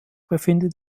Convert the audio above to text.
befindet